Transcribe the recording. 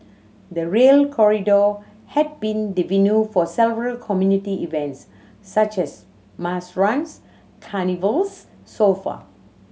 the Rail Corridor has been the venue for several community events such as mass runs carnivals so far